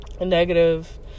negative